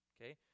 Okay